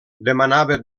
demanava